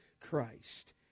Christ